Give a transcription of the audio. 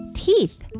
teeth